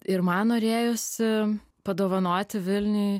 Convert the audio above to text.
ir man norėjosi padovanoti vilniui